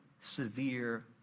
severe